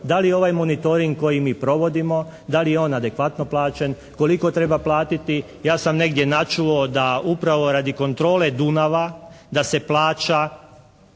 da li je ovaj monitoring koji mi provodimo, da li je on adekvatno plaćen, koliko treba platiti? Ja sam negdje načuo da upravo radi kontrole Dunava, da se plaća